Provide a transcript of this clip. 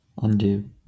undo